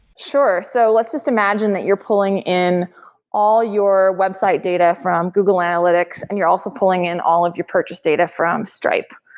sure. so let's just imagine that you're pulling in all your website data from google analytics and you're also pulling in all of your purchase data from stripe.